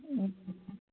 ए